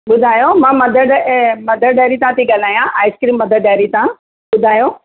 ॿुधायो मां Mother Day अ मदर डेयरी तां थी ॻाल्हायां आइसक्रीम मदर डेयरी तां ॿुधायो